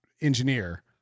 engineer